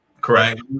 correct